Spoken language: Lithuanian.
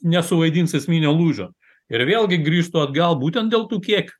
nesuvaidins esminio lūžio ir vėlgi grįžtu atgal būtent dėl tų kiekių